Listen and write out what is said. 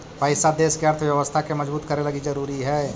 पैसा देश के अर्थव्यवस्था के मजबूत करे लगी ज़रूरी हई